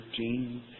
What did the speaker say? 13